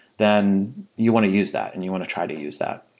then you want to use that and you want to try to use that.